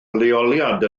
leoliad